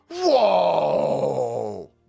Whoa